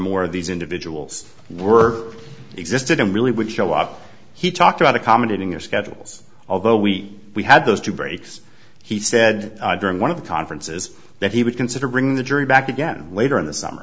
more of these individuals were existed and really would show up he talked about accommodating their schedules although we had those two breaks he said during one of conferences that he would consider bringing the jury back again later in the summer